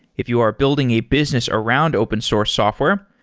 if you are building a business around open source software,